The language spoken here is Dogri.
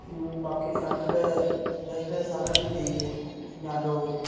बाकी फवेरट सब्जेक्ट साढ़ा हिंदी जां डोगरी